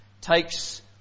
takes